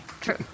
true